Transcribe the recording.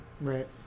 Right